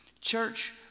Church